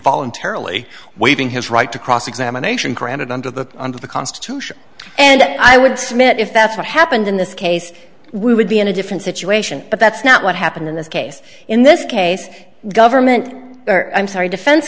voluntarily waiving his right to cross examination granted under the under the constitution and i would submit if that's what happened in this case we would be in a different situation but that's not what happened in this case in this case government i'm sorry defense